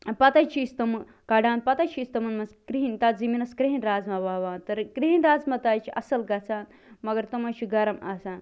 پتہٕ حظ چھِ أسۍ تِم کَڑان پتہٕ حظ چھِ أسۍ تِمن منٛز کِرہِنۍ تتھ زٔمیٖنس کِرٛیٚہنہِ رازمہ وۄوان تہٕ کِرٛیٚہنہِ رازمہ تہِ حظ چھِ اصٕل گَژھان مگر تِم حظ چھِ گرم آسان